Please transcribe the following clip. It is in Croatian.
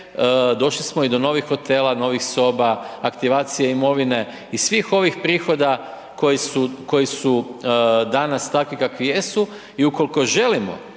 došli smo i do novih hotela, novih soba, aktivacije imovine i svih ovih prihoda koji su danas takvi kakvi jesu i ukoliko želimo